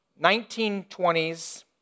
1920s